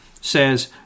says